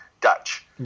Dutch